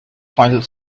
find